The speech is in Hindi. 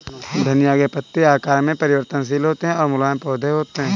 धनिया के पत्ते आकार में परिवर्तनशील होते हैं और मुलायम पौधे होते हैं